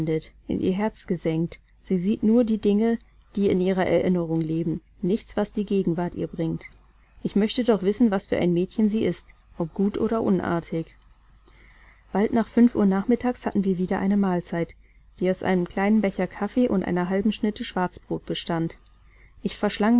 in ihr herz gesenkt sie sieht nur die dinge die in ihrer erinnerung leben nichts was die gegenwart ihr bringt ich möchte doch wissen was für ein mädchen sie ist ob gut oder unartig bald nach fünf uhr nachmittags hatten wir wieder eine mahlzeit die aus einem kleinen becher kaffee und einer halben schnitte schwarzbrot bestand ich